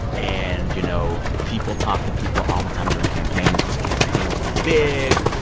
and, you know, people talk to people all the time during campaigns because campaigns are big.